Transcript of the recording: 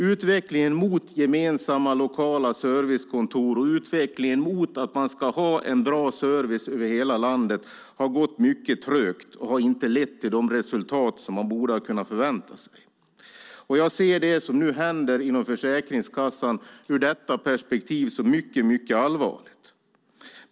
Utvecklingen mot gemensamma lokala servicekontor och utvecklingen mot att man ska ha en bra service över hela landet har gått mycket trögt och har inte lett till de resultat som man borde ha kunnat förvänta sig. I det perspektivet ser jag det som nu händer inom Försäkringskassan som mycket allvarligt.